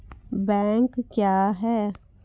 Bank क्या हैं?